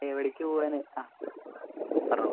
എവിടേക്ക് പോകാനാണ് ആ പറഞ്ഞോളൂ